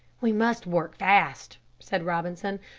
we must work fast, said robinson.